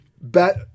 bet